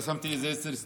רשמתי עשרה סעיפים,